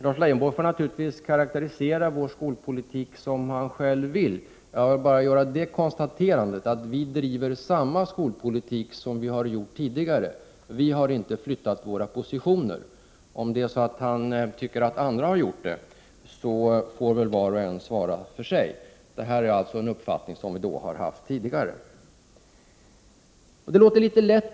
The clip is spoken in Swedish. Lars Leijonborg får naturligtvis karakterisera vår skolpolitik hur han själv vill. Jag vill bara göra det konstaterandet att vi driver samma skolpolitik som vi har gjort tidigare. Vi har inte flyttat våra positioner. Om Lars Leijonborg tycker att några andra gjort det, får dessa svara för sig. Den uppfattning som vi här redovisat är densamma som vi tidigare haft.